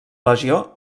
legió